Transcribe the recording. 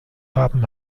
haben